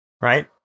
Right